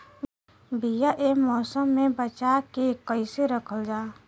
बीया ए मौसम में बचा के कइसे रखल जा?